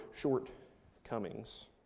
shortcomings